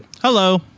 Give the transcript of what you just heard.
hello